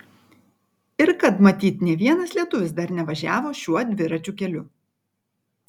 ir kad matyt nė vienas lietuvis dar nevažiavo šiuo dviračių keliu